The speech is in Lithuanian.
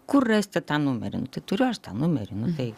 kur rasti tą numerį nu tai turiu aš tą numerį nu tai